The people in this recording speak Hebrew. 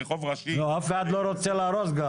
אף אחד לא רוצה להרוס.